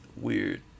weird